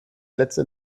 letzte